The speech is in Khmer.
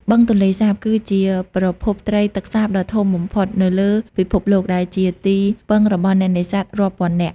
បឹងទន្លេសាប គឺជាប្រភពត្រីទឹកសាបដ៏ធំបំផុតនៅលើពិភពលោក ដែលជាទីពឹងរបស់អ្នកនេសាទរាប់ពាន់នាក់។